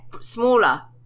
smaller